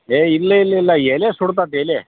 ಏ ಇಲ್ಲ ಇಲ್ಲ ಇಲ್ಲ ಎಲೆ ಸುಡ್ತತೆ ಎಲೆ